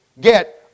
get